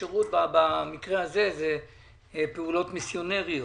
כשהשירות במקרה הזה הן פעולות מיסיונריות.